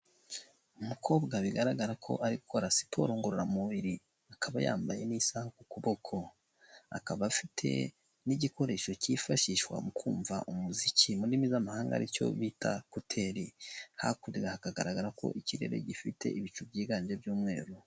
Umukobwa bigaragara ko ari gukora siporo ngororamubiri, akaba yambaye n'isaha ku kuboko. Akaba afite n'igikoresho cyifashishwa mu kumva umuziki. Mu ndimi z'amahanga aricyo bita koteri. Hakurya hagaragara ko ikirere gifite ibicu byiganje by'umweru.